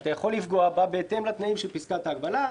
ואתה יכול לפגוע בהתאם לתנאים של פסקת ההגבלה,